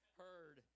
heard